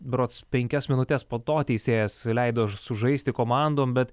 berods penkias minutes po to teisėjas leido sužaisti komandom bet